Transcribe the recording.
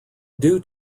due